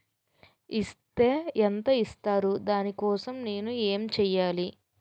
Is తే ఎంత ఇస్తారు దాని కోసం నేను ఎంచ్యేయాలి?